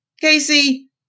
Casey